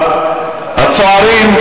הצוערים,